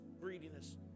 greediness